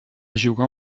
jugar